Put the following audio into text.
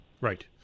right